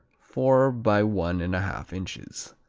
four by one and a half inches.